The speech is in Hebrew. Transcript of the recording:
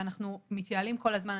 ואנחנו מתייעלים כל הזמן.